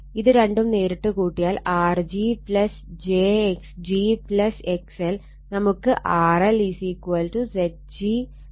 ഇത് രണ്ടും നേരിട്ട് കൂട്ടിയാൽ R g j x g XL നമുക്ക് RL Zg j XL എന്ന് കിട്ടും